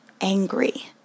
angry